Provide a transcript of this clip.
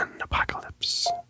Apocalypse